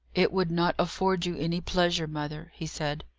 it would not afford you any pleasure, mother, he said,